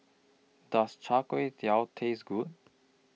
Does Chai Kuay Tow Taste Good